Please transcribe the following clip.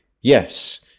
Yes